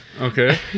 Okay